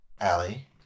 Allie